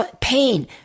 pain